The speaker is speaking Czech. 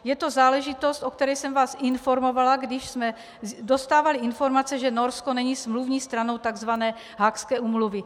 Je to záležitost, o které jsem vás informovala, když jsme dostávali informace, že Norsko není smluvní stranou tzv. Haagské úmluvy.